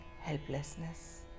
helplessness